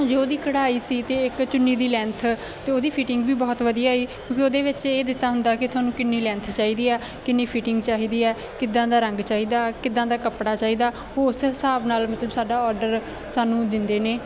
ਜੋ ਉਹਦੀ ਕਢਾਈ ਸੀ ਅਤੇ ਇੱਕ ਚੁੰਨੀ ਦੀ ਲੈਂਥ ਅਤੇ ਉਹਦੀ ਫਿਟਿੰਗ ਵੀ ਬਹੁਤ ਵਧੀਆ ਆਈ ਕਿਉਂਕਿ ਉਹਦੇ ਵਿੱਚ ਇਹ ਦਿੱਤਾ ਹੁੰਦਾ ਕਿ ਤੁਹਾਨੂੰ ਕਿੰਨੀ ਲੈਂਥ ਚਾਹੀਦੀ ਆ ਕਿੰਨੀ ਫਿਟਿੰਗ ਚਾਹੀਦੀ ਆ ਕਿੱਦਾਂ ਦਾ ਰੰਗ ਚਾਹੀਦਾ ਕਿੱਦਾਂ ਦਾ ਕੱਪੜਾ ਚਾਹੀਦਾ ਉਸ ਹਿਸਾਬ ਨਾਲ ਮਤਲਬ ਸਾਡਾ ਓਰਡਰ ਸਾਨੂੰ ਦਿੰਦੇ ਨੇ